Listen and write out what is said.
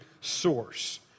source